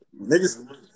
Niggas